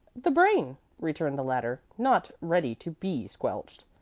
the brain, returned the latter, not ready to be squelched.